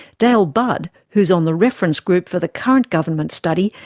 dale budd, who is on the reference group for the current government study,